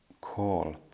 call